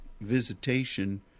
visitation